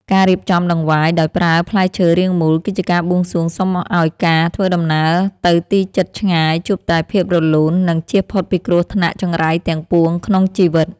ការរៀបចំដង្វាយដោយប្រើផ្លែឈើរាងមូលគឺជាការបួងសួងសុំឱ្យការធ្វើដំណើរទៅទីជិតឆ្ងាយជួបតែភាពរលូន និង ជៀសផុតពីគ្រោះថ្នាក់ចង្រៃទាំងពួងក្នុងជីវិត។